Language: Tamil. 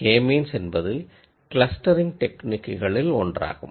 கே மீன்ஸ் என்பது கிளஸ்டரிங் டெக்னிக்குகளில் ஒன்றாகும்